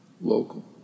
local